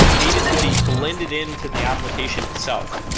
needed to be blended into the application itself.